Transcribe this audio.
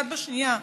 האחת בשנייה.